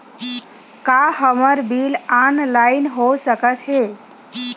का हमर bill online हो सकत हे?